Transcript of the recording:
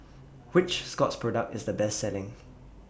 Which Scott's Product IS The Best Selling